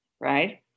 right